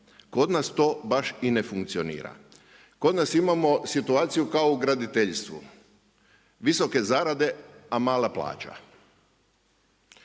Kod nas to baš i ne funkcionira. Kod nas imamo situaciju kao u graditeljstvu. Visoke zarade a mala plaća.